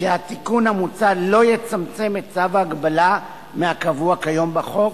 שהתיקון המוצע לא יצמצם את צו ההגבלה מהקבוע כיום בחוק,